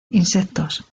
insectos